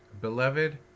beloved